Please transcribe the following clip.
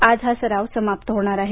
आज हा सराव समाप्त होणार आहे